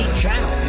channel